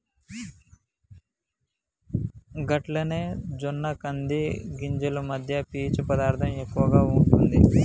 గట్లనే జొన్న కంది గింజలు మధ్య పీచు పదార్థం ఎక్కువగా ఉంటుంది